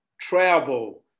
travel